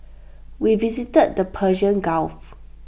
we visited the Persian gulf